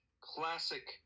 classic